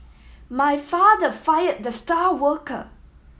my father fire the star worker